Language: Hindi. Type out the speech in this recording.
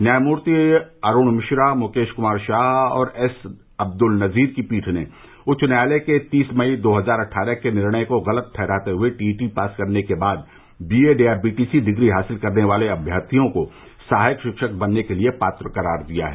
न्यायमूर्ति अरूण मिश्रा मुकेश कुमार शाह और एस अद्दुल नज़ीर की पीठ ने उच्च न्यायालय के तीस मई दो हज़ार अट्ठारह के निर्णय को गलत ठहराते हुए टीईटी पास करने के बाद बीएड या बीटीसी की डिग्री हासिल करने वाले अभ्यर्थियों को सहायक शिक्षक बनने के लिये पात्र क़रार दिया है